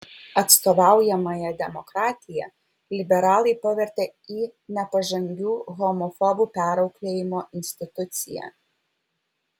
atstovaujamąja demokratiją liberalai pavertė į nepažangių homofobų perauklėjimo instituciją